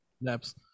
Naps